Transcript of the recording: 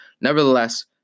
nevertheless